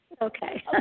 Okay